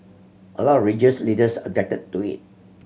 a lot of religious leaders objected to it